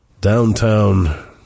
Downtown